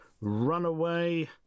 Runaway